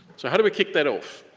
so how do we kick that off?